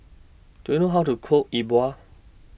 Do YOU know How to Cook E Bua